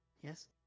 Yes